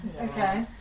Okay